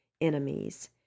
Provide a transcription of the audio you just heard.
enemies